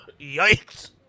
Yikes